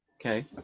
Okay